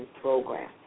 Program